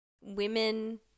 women